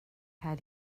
cael